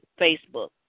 Facebook